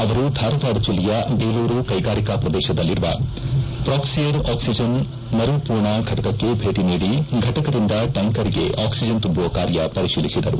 ಅವರು ಧಾರವಾಡ ಜಿಲ್ಲೆಯ ಬೇಲೂರು ಕ್ಲೆಗಾರಿಕಾ ಶ್ರದೇಶದಲ್ಲಿರುವ ಪ್ರಾಕ್ಷಿಯರ್ ಆಕ್ಸಿಜನ್ ಮರುಪೂರ್ಣ ಘಟಕಕ್ಕೆ ಭೇಟ ನೀಡಿ ಘಟಕದಿಂದ ಟ್ನಾಂಕರ್ಗೆ ಆಕ್ಸಿಜನ್ ತುಂಬುವ ಕಾರ್ಯ ಪರೀತಿಲಿಸಿದರು